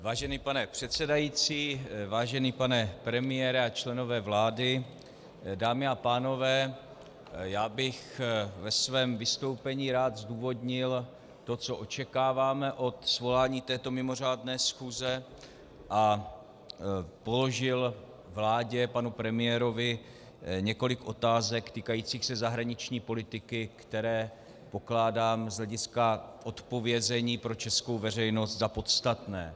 Vážený pane předsedající, vážený pane premiére a členové vlády, dámy a pánové, já bych ve svém vystoupení rád zdůvodnil to, co očekáváme od svolání této mimořádné schůze, a položil vládě, panu premiérovi několik otázek týkajících se zahraniční politiky, které pokládám z hlediska odpovězení pro českou veřejnost za podstatné.